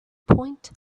point